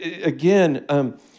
again